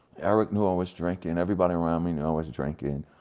eric knew i was drinkin', everybody around me knew i was drinking.